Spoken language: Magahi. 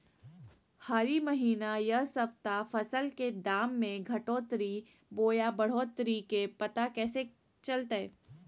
हरी महीना यह सप्ताह फसल के दाम में घटोतरी बोया बढ़ोतरी के पता कैसे चलतय?